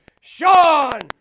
Sean